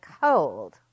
cold